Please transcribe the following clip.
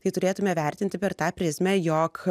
tai turėtume vertinti per tą prizmę jog